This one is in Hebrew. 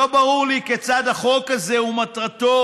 לא ברור לי כיצד החוק הזה ומטרתו